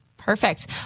Perfect